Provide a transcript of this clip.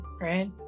right